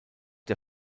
der